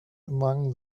among